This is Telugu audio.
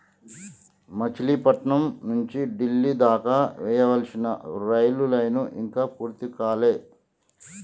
మచిలీపట్నం నుంచి డిల్లీ దాకా వేయాల్సిన రైలు లైను ఇంకా పూర్తి కాలే